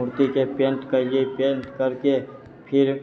मूर्तिके पैन्ट कैलियै पैन्ट करिके फिर